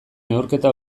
neurketa